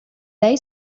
they